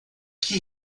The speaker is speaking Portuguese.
que